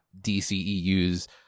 DCEU's